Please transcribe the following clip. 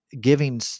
Giving